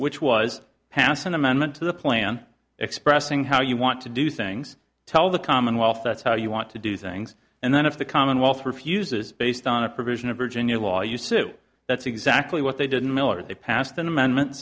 which was passed an amendment to the plan expressing how you want to do things tell the commonwealth that's how you want to do things and then if the commonwealth refuses based on a provision of virginia law used to that's exactly what they didn't miller they passed an amendment